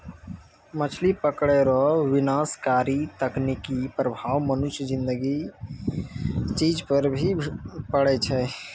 मछली पकड़ै रो विनाशकारी तकनीकी प्रभाव मनुष्य ज़िन्दगी चीज पर भी पड़ै छै